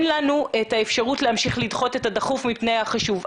לנו את האפשרות להמשיך לדחות את הדחוף מפני החשוב.